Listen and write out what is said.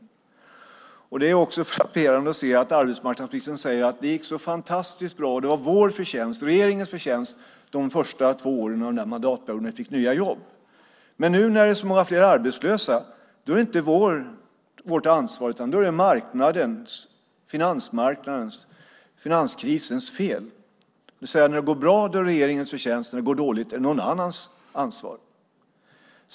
Det är också frapperande att höra arbetsministern säga att det gick så fantastiskt bra och att det var regeringens förtjänst de första två åren under den här mandatperioden när vi fick nya jobb. Men när det nu är så många fler arbetslösa är det inte regeringens ansvar, utan det är marknadens och finanskrisens fel. När det går bra är det regeringens förtjänst, och när det går dåligt är det någon annans ansvar.